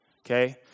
Okay